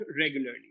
regularly